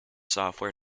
software